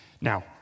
Now